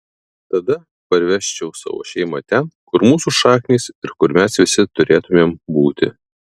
tada parvežčiau savo šeimą ten kur mūsų šaknys ir kur mes visi turėtumėm būti